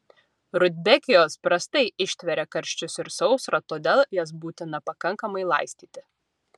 rudbekijos prastai ištveria karščius ir sausrą todėl jas būtina pakankamai laistyti